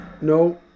No